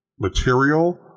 material